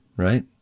right